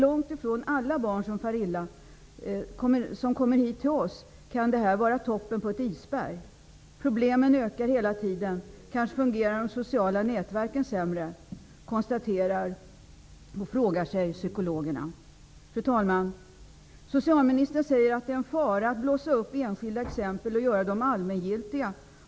Långt ifrån alla barn som far illa kommer till oss. Därför kan detta vara toppen på ett isberg. Problemen ökar hela tiden. Kanske fungerar de sociala nätverken sämre, konstaterar och frågar sig psykologerna. Fru talman! Socialministern säger att det är en fara att blåsa upp enskilda exempel och göra dem allmängiltiga.